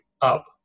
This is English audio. up